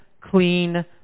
clean